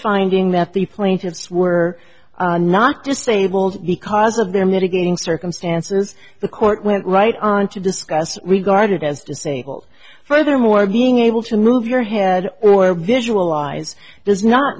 finding that the plaintiffs were not disabled because of their mitigating circumstances the court went right on to discuss regarded as disabled furthermore being able to move your head or visualize does not